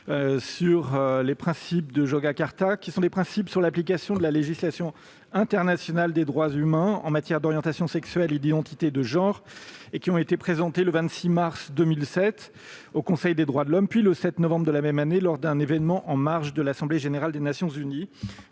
? Les principes de Yogyakarta sont « des principes sur l'application de la législation internationale des droits humains en matière d'orientation sexuelle et d'identité de genre ». Ils ont été présentés le 26 mars 2007 au Conseil des droits de l'homme, puis le 7 novembre de la même année lors d'un événement en marge de l'Assemblée générale des Nations unies